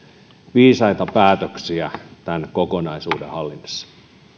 viisaita päätöksiä tämän kokonaisuuden hallinnassa